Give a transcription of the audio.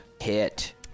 hit